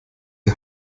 die